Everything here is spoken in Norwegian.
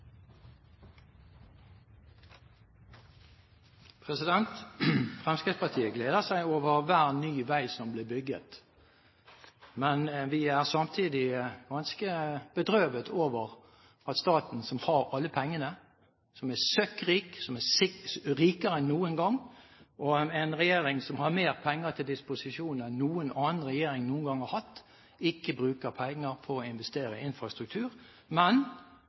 samtidig ganske bedrøvet over at staten, som har alle pengene, som er søkkrik, som er rikere enn noen gang, med en regjering som har mer penger til disposisjon enn noen annen regjering noen gang har hatt, ikke bruker penger på å investere i infrastruktur, men